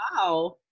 Wow